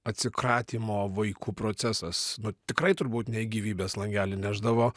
atsikratymo vaiku procesas nu tikrai turbūt ne į gyvybės langelį nešdavo